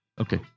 Okay